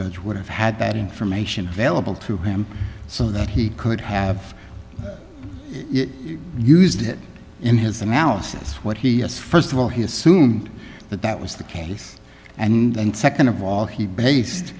judge would have had that information available to him so that he could have used it in his analysis what he has first of all he assumed that that was the case and second of all he bas